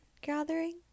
Gathering